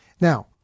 Now